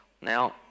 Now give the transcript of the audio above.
Now